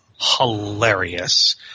hilarious